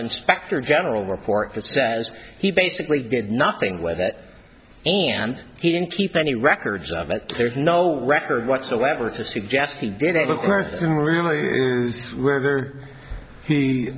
inspector general report that says he basically did nothing with it and he didn't keep any records of it there's no record whatsoever to suggest he did it most women really rather he